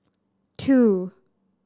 two